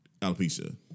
alopecia